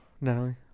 Natalie